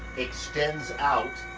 it stands out